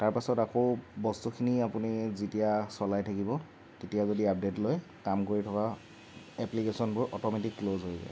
তাৰপিছত আকৌ বস্তুখিনি আপুনি যেতিয়া চলাই থাকিব তেতিয়া যদি আপডেট লয় কাম কৰি থকা এপ্লিকেশ্যনবোৰ অট'মেটিক ক্লজ হৈ যায়